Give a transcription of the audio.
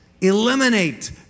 eliminate